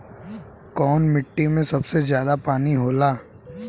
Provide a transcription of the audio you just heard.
कौन मिट्टी मे सबसे ज्यादा पानी होला?